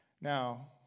Now